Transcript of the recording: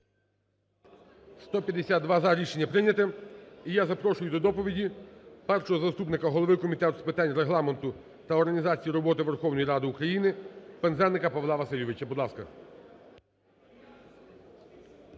За-152 Рішення прийнято. І я запрошую до доповіді першого заступника голови Комітету з питань Регламенту та організації роботи Верховної Ради України Пинзеника Павла Васильовича,